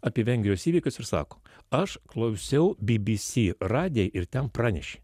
apie vengrijos įvykius ir sako aš klausiau bbc radiją ir ten pranešė